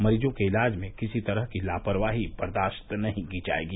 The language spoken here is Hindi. मरीजों के इलाज में किसी तरह की लापरवाही बर्दास्त नही की जायेगी